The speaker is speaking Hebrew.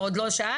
עוד לא שאלתי,